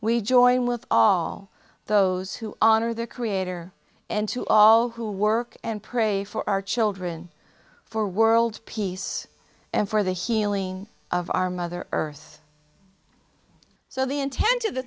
we join with all those who honor their creator and to all who work and pray for our children for world peace and for the healing of our mother earth so the intent of the